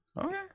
Okay